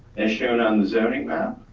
as shown on the zoning map,